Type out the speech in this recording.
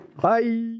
Bye